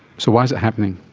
so why is it happening?